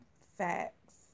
Facts